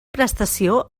prestació